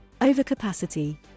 Overcapacity